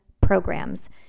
Programs